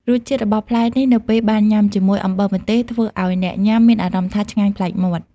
រសជាតិរបស់ផ្លែនេះនៅពេលបានញ៉ាំ ជាមួយអំបិលម្ទេស ធ្វើឲ្យអ្នកញ៉ាំមានអារម្មណ៍ថា ឆ្ងាញ់ប្លែកមាត់។